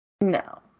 No